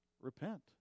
Repent